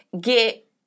get